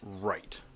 Right